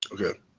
okay